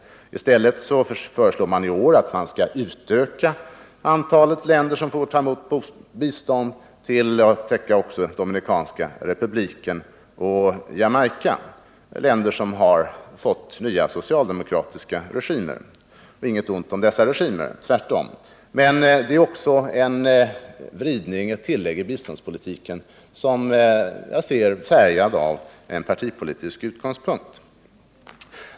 I stället föreslår man i år att kretsen av länder som får ta emot bistånd utökas till att också omfatta länder som Dominikanska republiken och Jamaica — länder som har fått nya socialdemokratiska regimer. Inget ont om dessa regimer — tvärtom — men detta förslag innebär också en vridning av biståndspolitiken, som jag finner vara färgad från partipolitisk utgångspunkt.